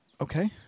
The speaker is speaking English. okay